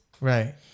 Right